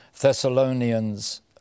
Thessalonians